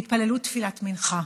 והתפללו תפילת מנחה,